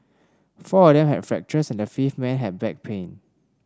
four of them had fractures and the fifth man had back pain